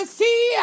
see